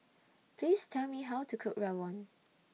Please Tell Me How to Cook Rawon